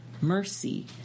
mercy